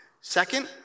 Second